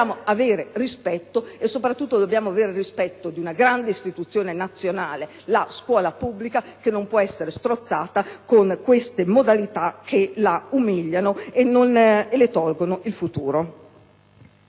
Dobbiamo avere rispetto, soprattutto per una grande istituzione nazionale come la scuola pubblica, che non può essere strozzata con queste modalità che la umiliano e le tolgono il futuro.